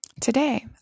Today